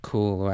Cool